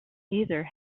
either